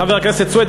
חבר הכנסת סוייד,